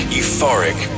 euphoric